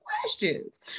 questions